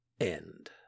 end